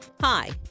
Hi